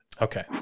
Okay